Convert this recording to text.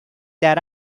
that